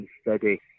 steady